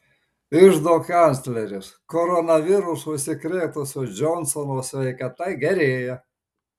iždo kancleris koronavirusu užsikrėtusio džonsono sveikata gerėja